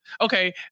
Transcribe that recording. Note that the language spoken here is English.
okay